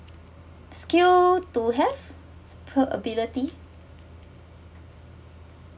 skill to have ability